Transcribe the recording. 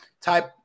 type